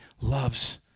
loves